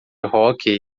hóquei